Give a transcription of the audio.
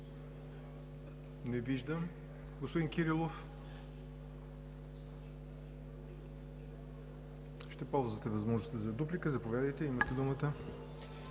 Не виждам. Господин Кирилов, ще ползвате ли възможността за дуплика? Заповядайте, имате думата.